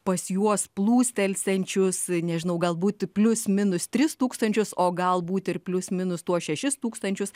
pas juos plūstelsiančius nežinau galbūt plius minus tris tūkstančius o galbūt ir plius minus tuos šešis tūkstančius